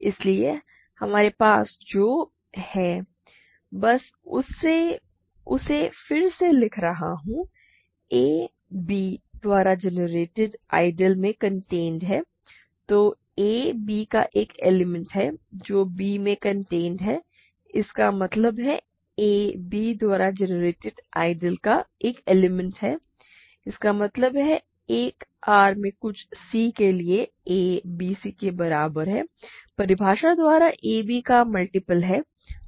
इसलिए हमारे पास जो है बस उसे फिर से लिख रहा हूँ a b द्वारा जनरेटेड आइडियल में कॉन्टेंड है तो a a का एक एलिमेंट है जो b में कॉन्टेंड है इसका मतलब है a b द्वारा जनरेटेड आइडियल का एक एलिमेंट है इसका मतलब है एक R में कुछ c के लिए a bc के बराबर है परिभाषा द्वारा a b का मल्टीपल है